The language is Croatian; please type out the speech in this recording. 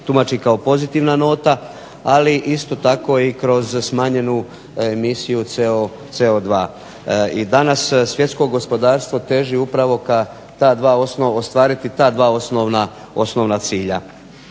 tumači kao pozitivna nota, ali isto tako i kroz smanjenu emisiju CO2. I danas svjetsko gospodarstvo teži upravo ka ta dva, ostvariti ta dva osnovna cilja.